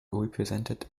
represented